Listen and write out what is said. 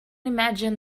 imagine